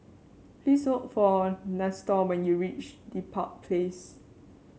please look for Nestor when you reach Dedap Place